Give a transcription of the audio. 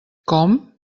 com